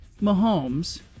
Mahomes